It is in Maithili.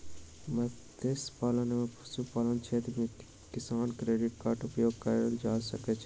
मत्स्य पालन एवं पशुपालन क्षेत्र मे किसान क्रेडिट कार्ड उपयोग कयल जा सकै छै